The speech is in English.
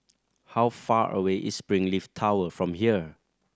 how far away is Springleaf Tower from here